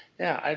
yeah,